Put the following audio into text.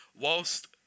whilst